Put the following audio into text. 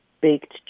baked